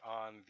on